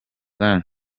gang